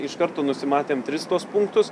iš karto nusimatėm tris tuos punktus